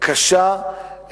קשה,